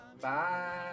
bye